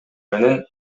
менен